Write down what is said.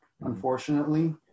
unfortunately